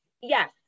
Yes